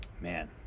man